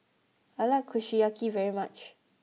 I like Kushiyaki very much